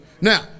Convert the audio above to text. Now